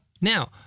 Now